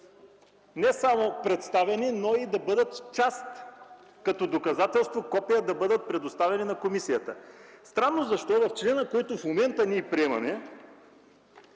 не само представени, но и да бъдат част от доказателство, копия от тях да бъдат предоставени на комисията. Странно защо в текста на члена, който в момента ние приемаме,